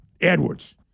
Edwards